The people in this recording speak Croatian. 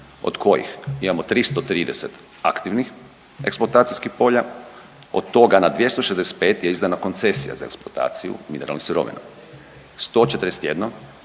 od kojih imamo 330 aktivnih eksploatacijskih polja, od toga na 265 je izdana koncesija za eksploataciju mineralnih sirovina. 141